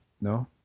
No